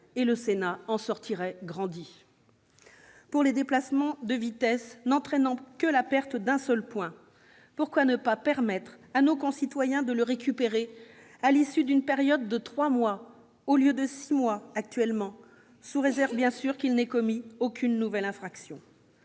et le Sénat en sortirait grandi. Pour les dépassements de vitesse entraînant la perte d'un seul point, pourquoi ne pas permettre à nos concitoyens de récupérer ce point à l'issue d'une période de trois mois au lieu de six mois actuellement, sous réserve, bien sûr, qu'ils n'aient commis aucune nouvelle infraction